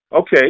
Okay